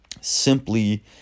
simply